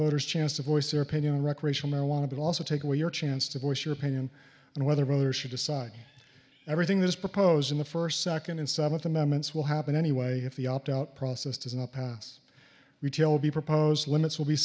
voters chance to voice their opinion recreational marijuana but also take away your chance to voice your opinion and whether other should decide everything that is proposed in the first second and seventh amendments will happen anyway if the opt out process does not pass retail be proposed limits will be